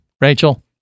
Rachel